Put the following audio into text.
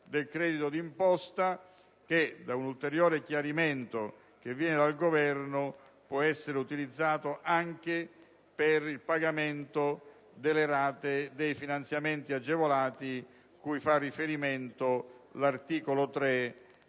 del credito d'imposta che, da un ulteriore chiarimento che viene dal Governo, può essere utilizzato anche per il pagamento delle rate dei finanziamenti agevolati cui fa riferimento l'articolo 3